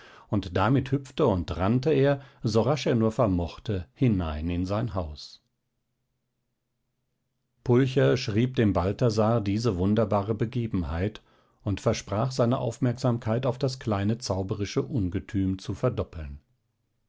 und damit hüpfte und rannte er so rasch er nur vermochte hinein ins haus pulcher schrieb dem balthasar diese wunderbare begebenheit und versprach seine aufmerksamkeit auf das kleine zauberische ungetüm zu verdoppeln